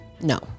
No